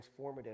transformative